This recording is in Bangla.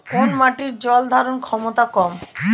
কোন মাটির জল ধারণ ক্ষমতা কম?